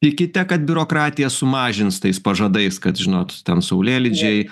tikite kad biurokratija sumažins tais pažadais kad žinot ten saulėlydžiai